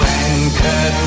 Banker